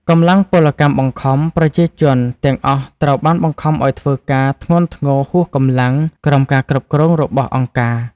កម្លាំងពលកម្មបង្ខំ ប្រជាជនទាំងអស់ត្រូវបានបង្ខំឱ្យធ្វើការធ្ងន់ធ្ងរហួសកម្លាំង ក្រោមការគ្រប់គ្រងរបស់អង្គការ។